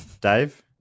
Dave